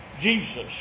Jesus